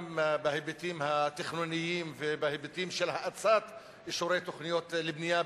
גם בהיבטים התכנוניים ובהיבטים של האצת תוכניות לבנייה,